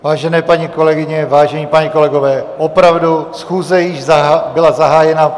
Vážené paní kolegyně, vážení páni kolegové, opravdu, schůze již byla zahájena.